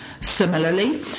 Similarly